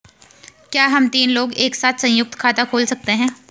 क्या हम तीन लोग एक साथ सयुंक्त खाता खोल सकते हैं?